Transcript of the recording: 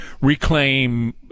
reclaim